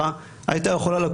שלא על פי ההלכה,